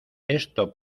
esto